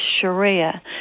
Sharia